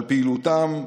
על פעילותם,